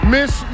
Miss